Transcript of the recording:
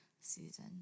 season